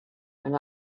and